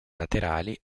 laterali